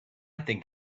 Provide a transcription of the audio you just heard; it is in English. think